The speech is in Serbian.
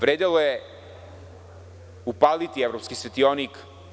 Vredelo je upaliti evropski svetionik.